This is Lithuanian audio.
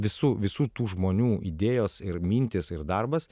visų visų tų žmonių idėjos ir mintys ir darbas